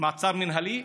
את המעצר המינהלי?